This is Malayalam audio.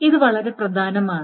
ഇത് വളരെ പ്രധാനമാണ്